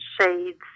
shades